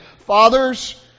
Fathers